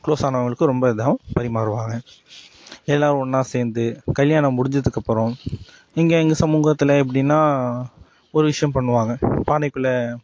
குளோஸானவங்களுக்கு ரொம்ப இதாக பரிமாறுவாங்க எல்லோரும் ஒன்னாக சேர்ந்து கல்யாணம் முடிஞ்சதுக்கப்புறம் இங்கே எங்கே சமூகத்தில் எப்படின்னா ஒரு விஷயம் பண்ணுவாங்க பானைக்குள்ளே